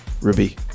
Ruby